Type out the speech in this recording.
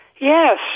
yes